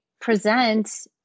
present